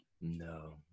No